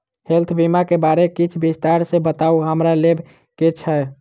Health बीमा केँ बारे किछ विस्तार सऽ बताउ हमरा लेबऽ केँ छयः?